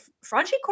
Franchi